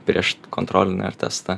prieš kontrolinį ar testą